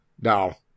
Now